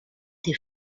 des